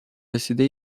رسیده